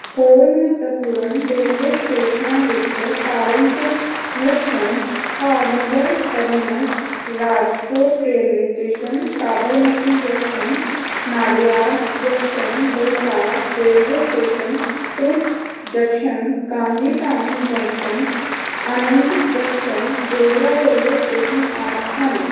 ਹੋਰ ਮਹੱਤਵਪੂਰਨ ਰੇਲਵੇ ਸਟੇਸ਼ਨਾਂ ਵਿੱਚ Palanpur junction Bhavnagar terminus Rajkot railway station Sabarmati junction Nadiad junction Valsad railway station Bharuch junction Gandhidham junction Anand junction Godhra railway station ਆਦਿ ਹਨ